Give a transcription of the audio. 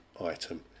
item